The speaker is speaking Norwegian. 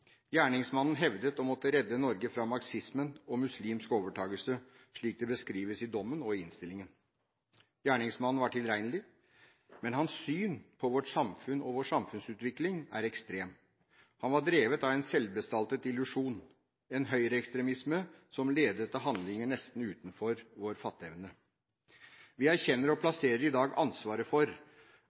Gjerningsmannen hevdet han måtte redde Norge fra marxismen og muslimsk overtakelse, slik det beskrives i dommen og i innstillingen. Gjerningsmannen var tilregnelig, men hans syn på vårt samfunn og vår samfunnsutvikling er ekstremt. Han var drevet av en selvbestaltet illusjon, en høyreekstremisme som ledet til handlinger nesten utenfor vår fatteevne. Vi erkjenner og plasserer i dag ansvaret for